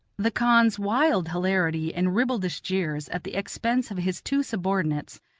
the khan's wild hilarity and ribaldish jeers at the expense of his two subordinates,